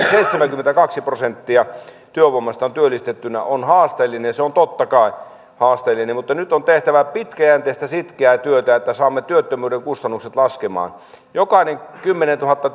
seitsemänkymmentäkaksi prosenttia työvoimasta on työllistettynä on haasteellinen se on totta kai haasteellinen mutta nyt on tehtävä pitkäjänteistä sitkeää työtä että saamme työttömyyden kustannukset laskemaan jokainen kymmenentuhatta